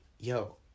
yo